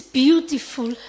beautiful